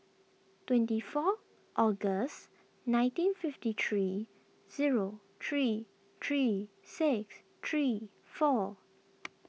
twenty four August nineteen fifty three zero three three six three four